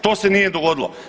To se nije dogodilo.